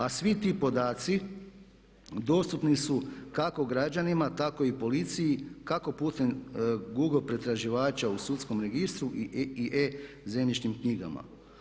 A svi ti podaci dostupni su kako građanima, tako i policiji, kako putem google pretraživača u sudskom registru i e-zemljišnim knjigama.